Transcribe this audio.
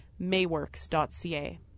mayworks.ca